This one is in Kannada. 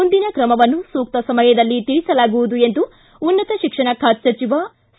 ಮುಂದಿನ ಕ್ರಮವನ್ನು ಸೂಕ್ತ ಸಮಯದಲ್ಲಿ ತಿಳಿಸಲಾಗುವುದು ಎಂದು ಉನ್ನತ ಶಿಕ್ಷಣ ಖಾತೆ ಸಚಿವ ಸಿ